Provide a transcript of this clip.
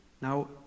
Now